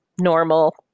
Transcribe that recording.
normal